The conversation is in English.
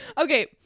okay